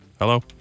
Hello